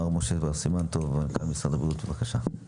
מר משה בר סימן טוב, מנכ"ל משרד הבריאות, בבקשה.